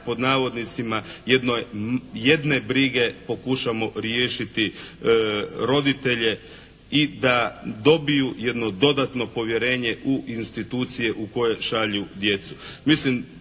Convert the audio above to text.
taj način barem "jedne brige" pokušamo riješiti roditelje. I da dobiju jedno dodatno povjerenje u institucije u koje šalju djecu.